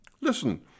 Listen